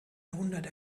jahrhundert